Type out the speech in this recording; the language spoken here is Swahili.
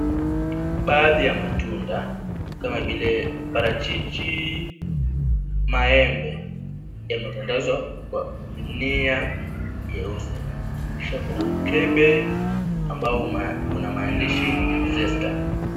Baadhi ya matunda, kama vile parachichi, maembe, yametandazwa kwa gunia jeusi. Kisha kuna mkebe ambao una maandishi ya "Zesta".